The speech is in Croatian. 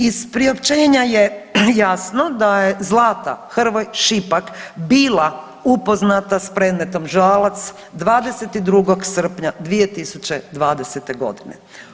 Iz priopćenja je jasno da je Zlata Hrvoj-Šipek bila upoznata s predmetom Žalac 22. srpnja 2020. godine.